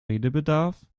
redebedarf